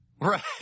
Right